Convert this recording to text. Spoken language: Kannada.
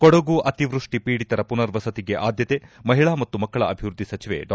ಕೊಡಗು ಅತಿವೃಷ್ಟಿ ಪೀಡಿತರ ಮನರ್ವಸತಿಗೆ ಆದ್ಯತೆ ಮಹಿಳಾ ಮತ್ತು ಮಕ್ಕಳ ಅಭಿವೃದ್ದಿ ಸಚಿವೆ ಡಾ